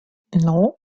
non